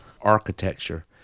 architecture